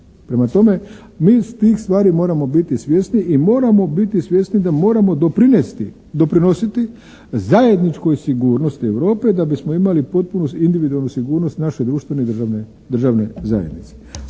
Prema tome, mi tih stvari moramo biti svjesni i moramo biti svjesni da moramo doprinesti, doprinositi zajedničkoj sigurnosti Europe da bismo imali potpuno individualnu sigurnost naše državne zajednice.